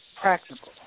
practical